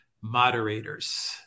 moderators